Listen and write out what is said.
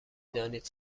دانید